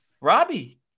Robbie